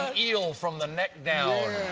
ah peeled from the neck down.